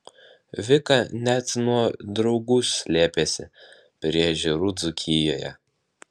vika net nuo draugų slėpėsi prie ežerų dzūkijoje